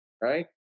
right